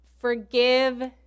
forgive